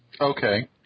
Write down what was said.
Okay